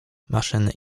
maszyny